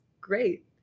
great